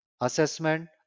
assessment